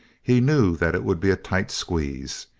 he knew that it would be a tight squeeze.